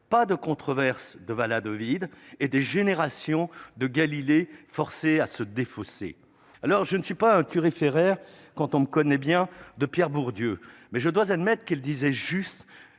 pas de controverse de voilà, d'Ovide et des générations de Galilée forcés à se défausser, alors je ne suis pas un thuriféraire quand on connaît bien, de Pierre Bourdieu, mais je dois admettre il disait juste